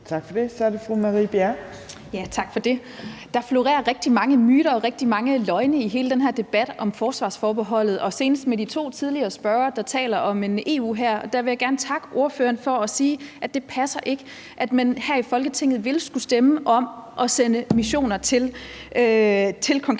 Tak for det. Så er det fru Marie Bjerre. Kl. 14:52 Marie Bjerre (V): Tak for det. Der florerer rigtig mange myter og rigtig mange løgne i hele den her debat om forsvarsforbeholdet, senest i forhold til de to tidligere spørgere, der taler om en EU-hær. Jeg vil gerne takke ordføreren for at sige, at det passer ikke, og at man her i Folketinget vil skulle stemme om at sende missioner til konkrete